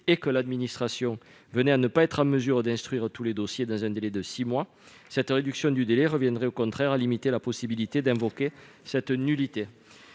et si l'administration n'était pas en mesure d'instruire tous les dossiers dans un délai de six mois, la réduction du délai reviendrait, au contraire, à limiter la possibilité d'invoquer cette nullité.